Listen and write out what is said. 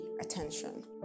attention